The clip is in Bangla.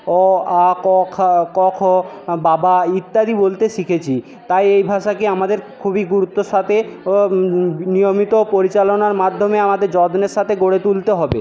অ আ ক খ ক খ বাবা ইত্যাদি বলতে শিখেছি তাই এই ভাষাকে আমাদের খুবই গুরুত্বর সাথে নিয়মিত পরিচালনার মাধ্যমে আমাদের যত্নের সাথে গড়ে তুলতে হবে